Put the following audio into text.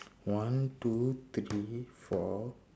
one two three four